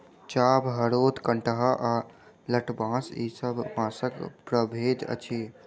चाभ, हरोथ, कंटहा आ लठबाँस ई सब बाँसक प्रभेद अछि